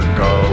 go